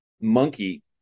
monkey